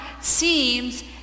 seems